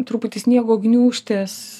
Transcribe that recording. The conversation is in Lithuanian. truputį sniego gniūžtės